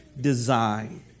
design